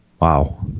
Wow